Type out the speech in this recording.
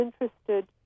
interested